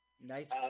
Nice